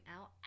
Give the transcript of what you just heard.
out